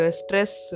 stress